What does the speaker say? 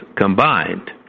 combined